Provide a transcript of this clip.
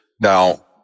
Now